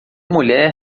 mulher